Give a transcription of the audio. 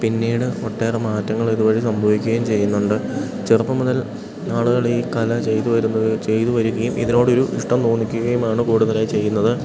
പിന്നീട് ഒട്ടേറെ മാറ്റങ്ങളിതു വഴി സംഭവിക്കുകയും ചെയ്യുന്നുണ്ട് ചെറുപ്പം മുതൽ ആളുകളീ കല ചെയ്തു വരുന്നത് ചെയ്തു വരികയും ഇതിനോടൊരു ഇഷ്ടം തോന്നിക്കുകയുമാണ് കൂടുതലായി ചെയ്യുന്നത്